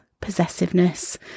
possessiveness